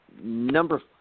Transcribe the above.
number